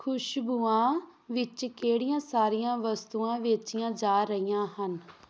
ਖ਼ੁਸ਼ਬੂਆਂ ਵਿੱਚ ਕਿਹੜੀਆਂ ਸਾਰੀਆਂ ਵਸਤੂਆਂ ਵੇਚੀਆਂ ਜਾ ਰਹੀਆਂ ਹਨ